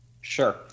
Sure